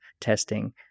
testing